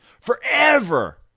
forever